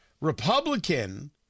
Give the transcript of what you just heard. Republican